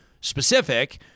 specific